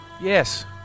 Yes